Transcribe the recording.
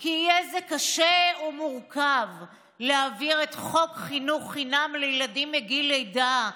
כי יהיה קשה ומורכב להעביר את חוק חינוך חינם לילדים מגיל לידה.